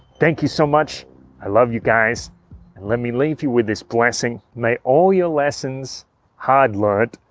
thank you so much i love you guys and let me leave you with this blessing may all your lessons hard-learnt,